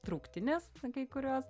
trauktinės kai kurios